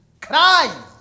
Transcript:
Cry